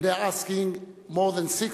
asking more than six